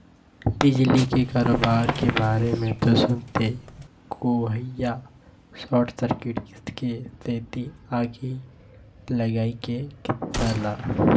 बिजली के करोबार के बारे मे तो सुनते होइहा सार्ट सर्किट के सेती आगी लगई के किस्सा ल